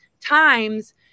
times